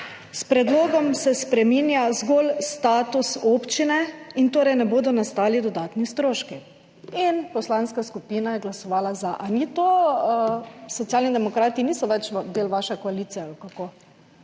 »S predlogom se spreminja zgolj status občine in torej ne bodo nastali dodatni stroški.« In poslanska skupina je glasovala za. Ali Socialni demokrati niso več del vaše koalicije